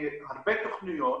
הרבה תוכניות,